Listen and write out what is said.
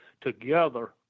together